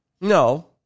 No